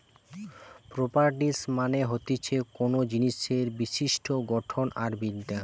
properties মানে হতিছে কোনো জিনিসের বিশিষ্ট গঠন আর বিদ্যা